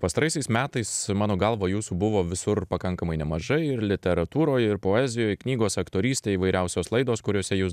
pastaraisiais metais mano galva jūsų buvo visur pakankamai nemažai ir literatūroj ir poezijoj knygos aktorystė įvairiausios laidos kuriose jūs